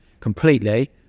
Completely